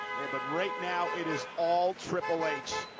yeah but right now, it is all triple h,